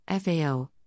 FAO